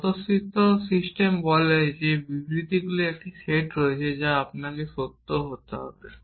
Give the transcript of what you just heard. স্বতঃসিদ্ধ সিস্টেম বলে যে বিবৃতিগুলির একটি সেট রয়েছে যা আপনাকে সত্য হতে হবে